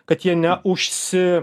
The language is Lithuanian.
kad jie neužsi